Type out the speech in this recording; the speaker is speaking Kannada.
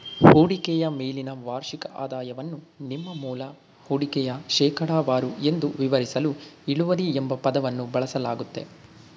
ಹೂಡಿಕೆಯ ಮೇಲಿನ ವಾರ್ಷಿಕ ಆದಾಯವನ್ನು ನಿಮ್ಮ ಮೂಲ ಹೂಡಿಕೆಯ ಶೇಕಡವಾರು ಎಂದು ವಿವರಿಸಲು ಇಳುವರಿ ಎಂಬ ಪದವನ್ನು ಬಳಸಲಾಗುತ್ತೆ